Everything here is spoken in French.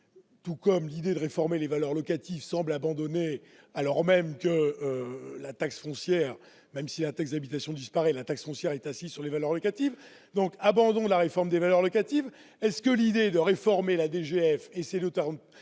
tout comme l'idée de réformer les valeurs locatives semble abandonnée, alors même que la taxe foncière, même si un texte habitations disparaît, la taxe foncière est assis sur les valeurs locatives, donc, abandon de la réforme des valeurs locatives, est-ce que l'idée de réformer la DGF et c'est